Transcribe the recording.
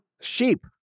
Sheep